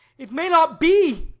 it may not be!